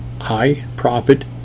high-profit